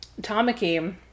Tamaki